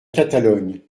catalogne